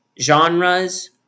genres